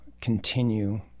continue